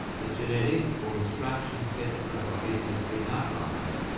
the genetic or instruction set for our body has been outlined.